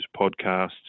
podcasts